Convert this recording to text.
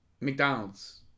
McDonald's